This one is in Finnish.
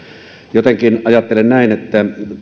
jotenkin ajattelen näin että